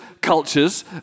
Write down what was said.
cultures